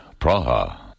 Praha